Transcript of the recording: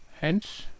hence